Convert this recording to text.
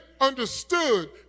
understood